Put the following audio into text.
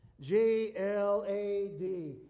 G-L-A-D